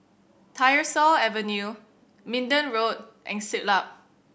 Tyersall Avenue Minden Road and Siglap